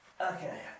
Okay